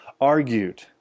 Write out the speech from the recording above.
argued